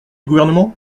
gouvernement